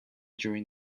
during